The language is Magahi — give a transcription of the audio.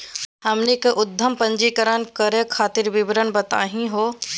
हमनी के उद्यम पंजीकरण करे खातीर विवरण बताही हो?